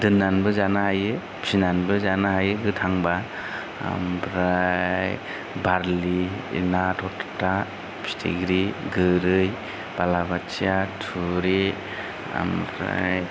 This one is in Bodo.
दोननानैबो जानो हायो फिसिनानैबो जानो हायो गोथांबा ओमफ्राय बारलि ना थरखिथा फिथिग्रि गोरै बालाबोथिया थुरि ओमफ्राय